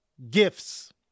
gifts